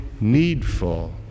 needful